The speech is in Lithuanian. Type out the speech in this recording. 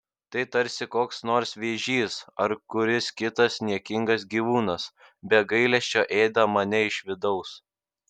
tai tarsi koks nors vėžys ar kuris kitas niekingas gyvūnas be gailesčio ėda mane iš vidaus